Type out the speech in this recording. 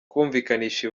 kumvikanisha